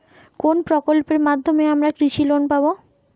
কোন প্রকল্পের মাধ্যমে আমরা কৃষি লোন পাবো?